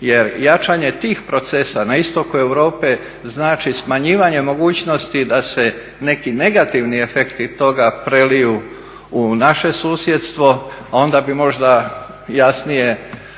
jer jačanje tih procesa na istoku Europe znači smanjivanje mogućnosti da se neki negativni efekti toga preliju u naše susjedstvo, onda bi možda jasnije razumjeli